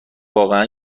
واقعا